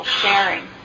sharing